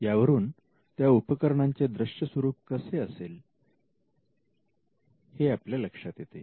यावरून या उपकरणाचे दृश्य स्वरूप कसे असेल हे आपल्या लक्षात येते